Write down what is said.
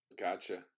Gotcha